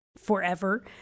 forever